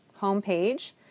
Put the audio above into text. homepage